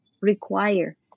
require